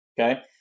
okay